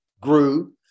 grew